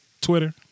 Twitter